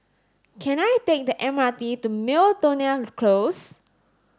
can I take the M R T to Miltonia Close